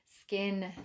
skin